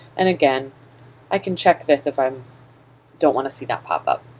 and again i can check this if i don't want to see that pop up.